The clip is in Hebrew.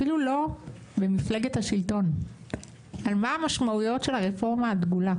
אפילו לא במפלגת השלטון על מה המשמעויות של הרפורמה הדגולה,